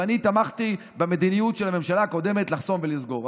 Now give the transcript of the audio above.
ואני תמכתי במדיניות של הממשלה הקודמת לחסום ולסגור,